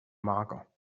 mager